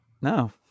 No